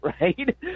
right